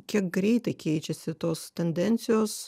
kiek greitai keičiasi tos tendencijos